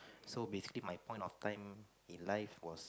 so basically my point of time in life was